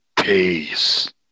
Peace